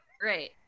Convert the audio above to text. Great